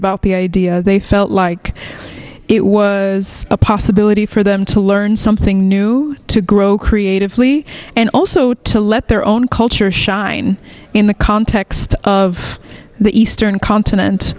about the idea they felt like it was a possibility for them to learn something new to grow creatively and also to let their own culture shine in the context of the eastern continent